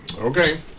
Okay